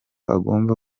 agomba